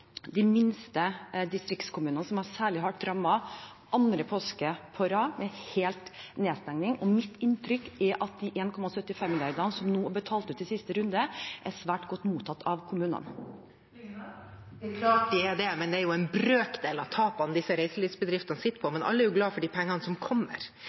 de minste distriktskommunene, som er særlig hardt rammet av hel nedstenging for andre påsken på rad. Mitt inntrykk er at de 1,75 mrd. kr som ble betalt ut i siste runde, er svært godt mottatt av kommunene. Det blir oppfølgingsspørsmål – først Åsunn Lyngedal. Det er klart de er det. Det er jo en brøkdel av tapene disse reiselivsbedriftene sitter på,